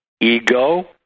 ego